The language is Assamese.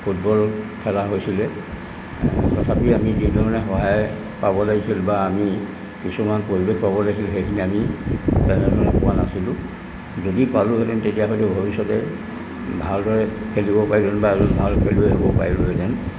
ফুটবল খেলা হৈছিলে তথাপি আমি যিধৰণে সহায় পাব লাগিছিল বা আমি কিছুমান পৰিৱেশ পাব লাগিছিল সেইখিনি আমি তেনেধৰণে পোৱা নাছিলোঁ যদি পালোঁহেতেন তেতিয়াহ'লে ভৱিষ্যতে ভালদৰে খেলিব পাৰিলে বা এজন ভাল খেলুৱৈ হ'ব পাৰিলোহেঁতেন